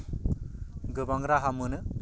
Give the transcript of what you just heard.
गोबां राहा मोनो